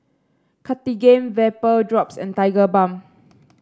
Cartigain Vapodrops and Tigerbalm